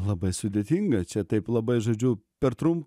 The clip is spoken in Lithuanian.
labai sudėtinga čia taip labai žodžiu per trum